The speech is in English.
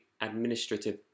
administrative